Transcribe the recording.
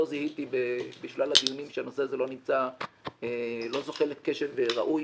לא זיהיתי בשלל הדיונים שהנושא הזה לא זוכה לקשב ראוי.